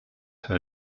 her